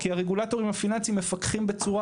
כי הרגולטורים הפיננסים מפקחים בצורה